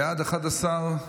בעד, 11,